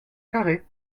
carrées